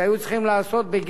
מדוע הם לא טופלו?